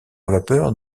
vapeur